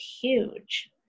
huge